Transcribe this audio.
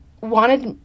wanted